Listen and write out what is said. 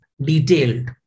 detailed